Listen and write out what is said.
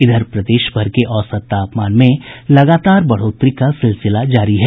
इधर प्रदेशभर के औसत तापमान में लगातार बढ़ोतरी का सिलसिला जारी है